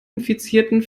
infizierten